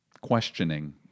questioning